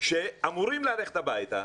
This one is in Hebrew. שאמורים ללכת הביתה,